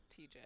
TJ